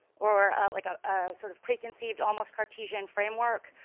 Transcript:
or like a ah sort of preconceived, almost cartesian framework,